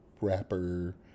rapper